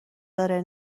داره